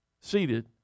seated